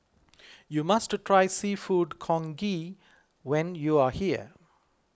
you must try Seafood Congee when you are here